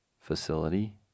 facility